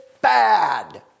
bad